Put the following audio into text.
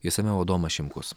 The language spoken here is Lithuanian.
išsamiau adomas šimkus